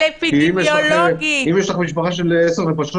אבל אפידמיולוגית --- אם יש לך משפחה עם 10 נפשות,